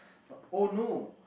fuck oh no